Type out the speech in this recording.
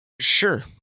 Sure